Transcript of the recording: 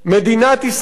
מדינת ישראל,